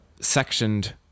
sectioned